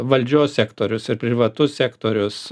valdžios sektorius ir privatus sektorius